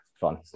fun